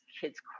kids